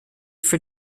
for